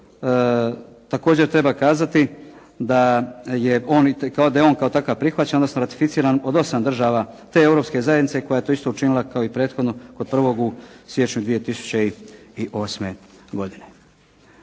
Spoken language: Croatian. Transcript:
Cavtatu također treba kazati da je on kao takav prihvaćen, odnosno ratificiran od osam država te Europske zajednice koja je to isto učinila kao i prethodno kod prvog u siječnju 2008. godine.